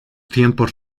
tiempos